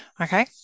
Okay